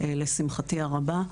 לשמחתי הרבה,